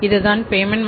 இதுதான் பேமென்ட்